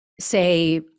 say